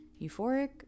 euphoric